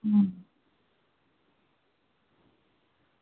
अं